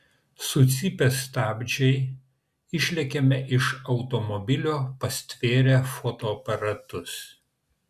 sucypia stabdžiai išlekiame iš automobilio pastvėrę fotoaparatus